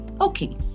Okay